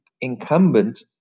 incumbent